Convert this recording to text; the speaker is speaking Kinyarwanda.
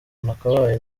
nakabaye